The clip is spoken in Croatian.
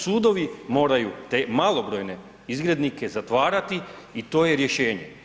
Sudovi moraju te malobrojne izgrednike zatvarati i to je rješenje.